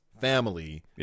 family